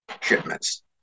shipments